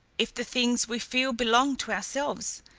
if the things we feel belong to ourselves,